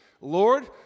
Lord